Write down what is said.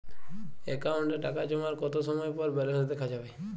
অ্যাকাউন্টে টাকা জমার কতো সময় পর ব্যালেন্স দেখা যাবে?